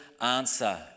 answer